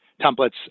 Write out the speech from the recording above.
templates